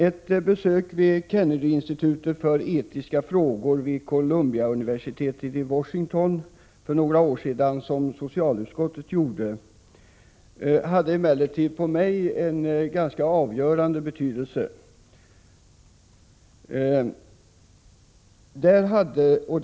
Ett besök vid Kennedyinstitutet för etiska frågor vid Columbiauniversitetet i Washington, som socialutskottet gjorde för några år sedan, hade emellertid en avgörande betydelse för mig personligen.